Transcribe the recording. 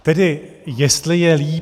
Tedy jestli je líp?